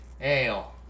ale